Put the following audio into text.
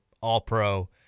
All-Pro